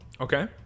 Okay